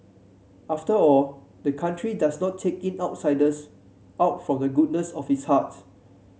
after all the country does not take in outsiders out of the goodness of its heart